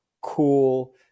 cool